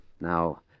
Now